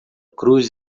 cruz